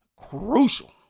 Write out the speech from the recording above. Crucial